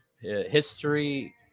history